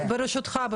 ברשותך,